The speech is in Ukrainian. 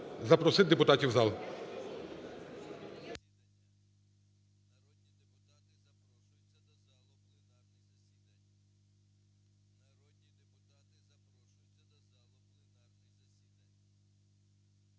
запросити депутатів в зал,